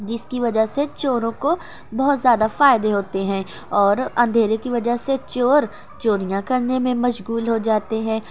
جس کی وجہ سے چوروں کو بہت زیادہ فائدے ہوتے ہیں اور اندھیرے کی وجہ سے چور چوریاں کرنے میں مشغول ہوجاتے ہیں